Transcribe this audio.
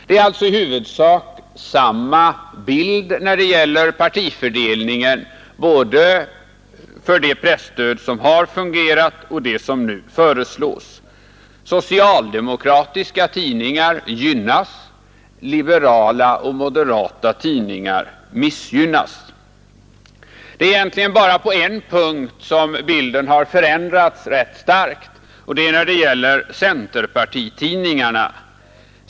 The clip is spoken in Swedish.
Det är alltså i huvudsak samma bild när det gäller partifördelningen både för det presstöd som har fungerat och det som nu föreslås. Socialdemokratiska tidningar gynnas, liberala och moderata tidningar missgynnas. Det är egentligen bara på en punkt som bilden har förändrats rätt starkt, och det är när det gäller centerpartitidningarna.